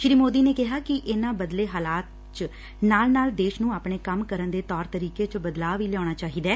ਸ੍ਰੀ ਮੋਦੀ ਨੇ ਕਿਹਾ ਕਿ ਇਨੂਾ ਬਦਲੇ ਹਾਲਾਤ ਚ ਨਾਲ ਨਾਲ ਦੇਸ਼ ਨੂੰ ਆਪਣੇ ਕੰਮ ਕਰਨ ਦੇ ਤੌਰ ਤਰੀਕੇ ਚ ਬਦਲਾਅ ਵੀ ਲਿਆਉਣਾ ਚਾਹੀਦੈ